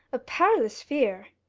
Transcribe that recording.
a parlous fear.